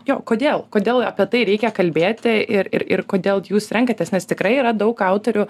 jo kodėl kodėl apie tai reikia kalbėti ir ir ir kodėl jūs renkatės nes tikrai yra daug autorių